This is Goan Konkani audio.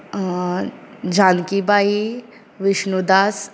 जानकीबाई विष्णुदास